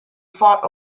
fought